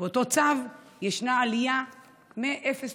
באותו צו ישנה עלייה מ-0.28%